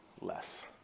less